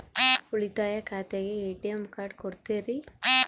ಉಳಿತಾಯ ಖಾತೆಗೆ ATM card ಕೊಡ್ತೇರಿ?